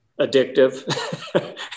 addictive